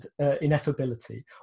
ineffability